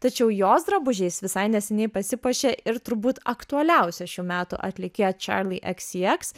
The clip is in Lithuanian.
tačiau jos drabužiais visai neseniai pasipuošė ir turbūt aktualiausia šių metų atlikėja charli eksi eks